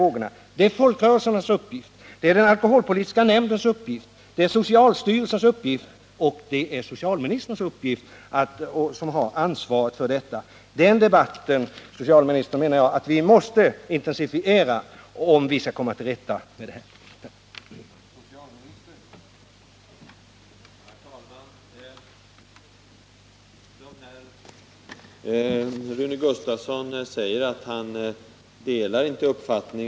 Det är en uppgift för folkrörelserna, för den alkoholpolitiska nämnden, för socialstyrelsen och för socialministern, som har ansvaret för detta område. Vi måste intensifiera denna debatt, herr socialminister, om vi skall kunna komma till rätta med dessa problem.